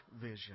vision